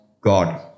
God